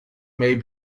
may